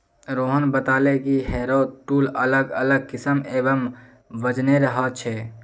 रोहन बताले कि harrow tool अलग अलग किस्म एवं वजनेर ह छे